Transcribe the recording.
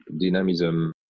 dynamism